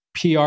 PR